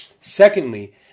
Secondly